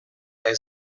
моя